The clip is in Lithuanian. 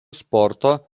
sporto